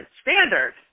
standard